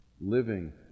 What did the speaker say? Living